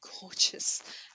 gorgeous